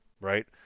right